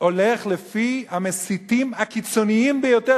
הולך לפי המסיתים הקיצוניים ביותר,